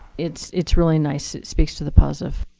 it's it's really nice. it speaks to the positive